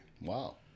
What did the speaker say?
Wow